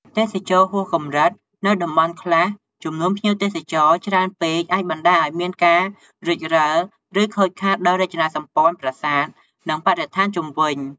ទេសចរណ៍ហួសកម្រិត នៅតំបន់ខ្លះ ចំនួនភ្ញៀវទេសចរច្រើនពេកអាចបណ្ដាលឱ្យមានការរេចរឹល ឬខូចខាតដល់រចនាសម្ព័ន្ធប្រាសាទ និងបរិស្ថានជុំវិញ។